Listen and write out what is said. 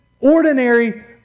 ordinary